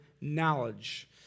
knowledge